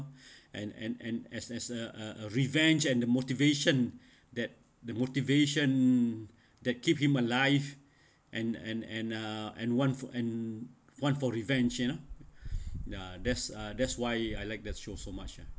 and and and as as a uh revenge and the motivation that the motivation that keep him alive and and and uh and want for and want for revenge you know uh that's that's why I like that show so much ah